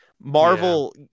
Marvel